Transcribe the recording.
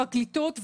פרקליטות.